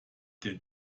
der